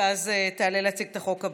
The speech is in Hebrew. ואז תעלה להציג את החוק הבא.